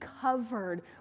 covered